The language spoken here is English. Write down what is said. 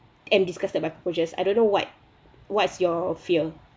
and disgusted by cockroaches I don't know what what's your fear